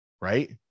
right